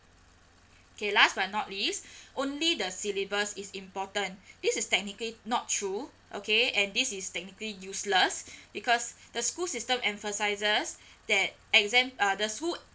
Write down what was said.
okay last but not least only the syllabus is important this is technically not true okay and this is technically useless because the school system emphasises that exam uh the school